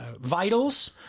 vitals